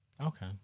Okay